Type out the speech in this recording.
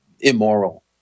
immoral